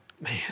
Man